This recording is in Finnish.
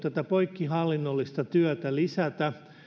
tätä poikkihallinnollista työtä lisätä